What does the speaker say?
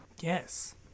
Yes